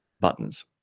buttons